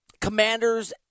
Commanders